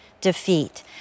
defeat